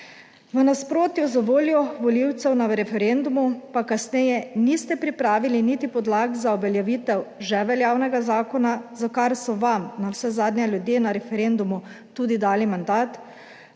V nasprotju z voljo volivcev na referendumu pa kasneje niste pripravili niti podlag za uveljavitev že veljavnega zakona, za kar so vam navsezadnje ljudje na referendumu tudi dali mandat,